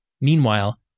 Meanwhile